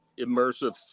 immersive